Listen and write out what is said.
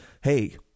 hey